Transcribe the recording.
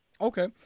Okay